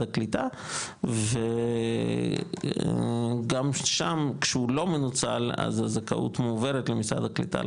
הקליטה וגם שם כשהוא לא מנוצל אז הזכאות מועברת למשרד הקליטה,